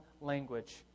language